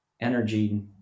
energy